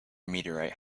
meteorite